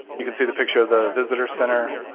you can see the picture of the visitor center.